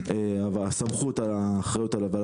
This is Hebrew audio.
כשאנחנו נשב עוד